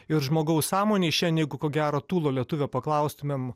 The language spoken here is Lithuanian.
ir žmogaus sąmonėj šiandien jeigu ko gero tūlo lietuvio paklaustumėm